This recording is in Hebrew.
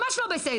ממש לא בסדר.